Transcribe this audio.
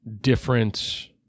different